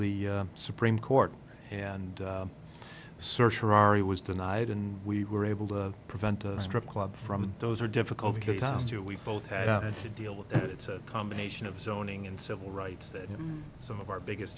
the supreme court and search harare was denied and we were able to prevent a strip club from those are difficult cases to we've both had to deal with that it's a combination of zoning and civil rights that some of our biggest